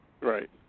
Right